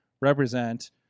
represent